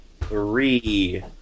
Three